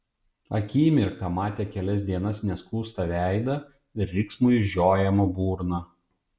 akimirką matė kelias dienas neskustą veidą riksmui žiojamą burną